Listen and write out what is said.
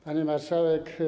Pani Marszałek!